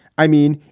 i mean,